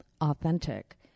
authentic